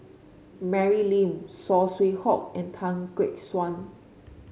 Mary Lim Saw Swee Hock and Tan Gek Suan